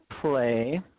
play